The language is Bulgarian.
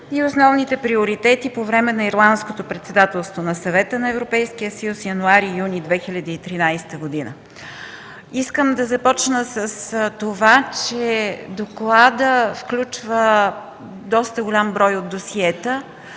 и основните приоритети по време на Ирландското председателство на Съвета на Европейския съюз, януари – юни 2013 г. Искам да започна с това, че докладът включва доста голям брой досиета.